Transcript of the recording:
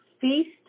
Feast